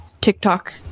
tiktok